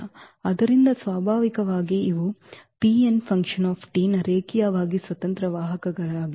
ಆದ್ದರಿಂದ ಸ್ವಾಭಾವಿಕವಾಗಿ ಇವು ನ ರೇಖೀಯವಾಗಿ ಸ್ವತಂತ್ರ ವಾಹಕಗಳಾಗಿವೆ